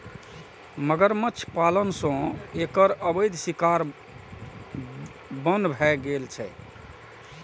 मगरमच्छ पालन सं एकर अवैध शिकार बन्न भए गेल छै